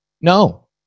No